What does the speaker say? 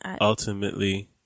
Ultimately